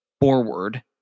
forward